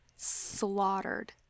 slaughtered